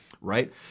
right